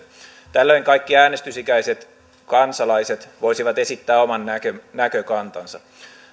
tällöin kaikki äänestysikäiset kansalaiset voisivat esittää oman näkökantansa